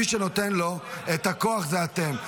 מי שנותן לו את הכוח זה אתם.